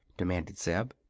demanded zeb.